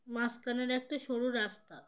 মাঝখানের একটা সরু রাস্তা